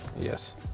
Yes